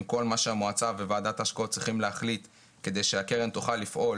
כל מה שהמועצה וועדת ההשקעות צריכים להחליט כדי שהקרן תוכל לפעול.